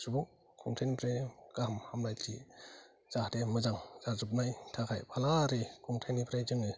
सुबुं खुंथाइनिफ्राय गाहाम हामलायथि जाहाथे मोजां जाजोबनाय थाखाय फालांगियारि खुंथाइनिफ्राय जोङो